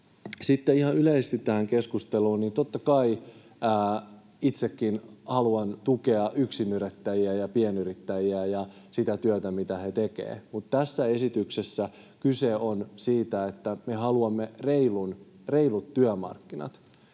Sitten ihan yleisesti tähän keskusteluun, totta kai itsekin haluan tukea yksinyrittäjiä ja pienyrittäjiä ja sitä työtä, mitä he tekevät. Mutta tässä esityksessä kyse on siitä, että me haluamme reilut työmarkkinat: